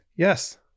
Yes